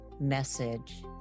message